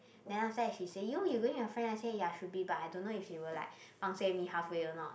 then after that she say you you going with your friend then I say ya should be but I don't know if she will like pangseh me halfway or not